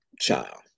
child